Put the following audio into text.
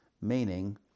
meaning